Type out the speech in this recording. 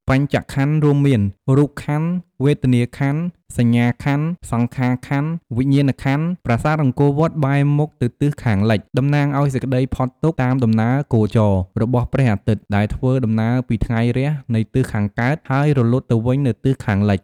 បញ្ចក្ខន្ធរួមមាន៖ រូបក្ខន្ធ , វេទនាក្ខន្ធ , សញ្ញាក្ខន្ធ , សង្ខារក្ខន្ធ , វិញ្ញាណក្ខន្ធ ប្រាសាទ អង្គរវត្ត បែរមុខទៅទិសខាងលិច តំណាងឱ្យសេចក្ដីផុតទុក្ខ តាមដំណើរគោចរណ៍ របស់ព្រះអាទិត្យដែលធ្វើដំណើរពីថ្ងៃរះនៃទិសខាងកើត ហើយរលត់ទៅវិញនៅទិសខាងលិច ។